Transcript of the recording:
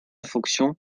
fonction